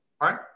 right